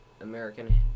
American